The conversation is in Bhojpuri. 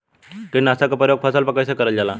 कीटनाशक क प्रयोग फसल पर कइसे करल जाला?